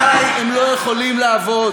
עלי הם לא יכולים לעבוד.